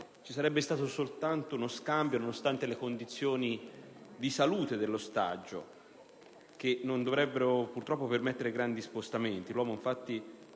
ci sarebbe stato soltanto uno scambio, nonostante le condizioni di salute dell'ostaggio, che non dovrebbero permettere grandi spostamenti;